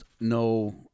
no